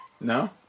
No